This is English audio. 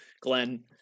Glenn